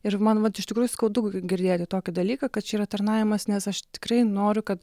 ir man vat iš tikrųjų skaudu girdėti tokį dalyką kad čia yra tarnavimas nes aš tikrai noriu kad